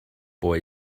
boy